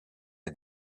est